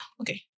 Okay